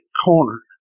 corner